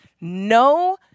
No